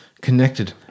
connected